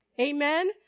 Amen